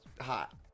hot